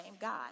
God